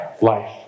life